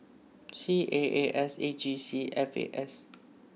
C A A S A G C F A S